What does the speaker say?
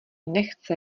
nechce